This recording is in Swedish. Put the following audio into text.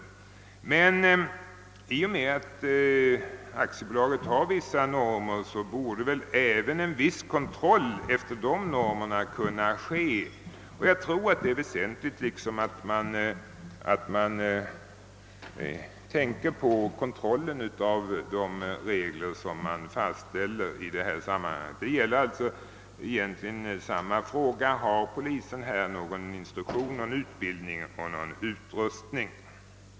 I och med att aktiebolaget har vissa normer borde även en viss kontroll efter dessa normer kunna ske. Jag tror att det är väsentligt liksom att man tänker på kontrollen av de regler som man fastställer i detta sammanhang. Det gäller alltså egentligen samma fråga: Har polisen här någon instruktion, någon utbildning och någon utrustning?